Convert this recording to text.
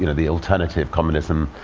you know the alternative, communism,